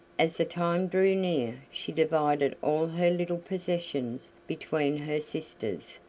as the time drew near she divided all her little possessions between her sisters,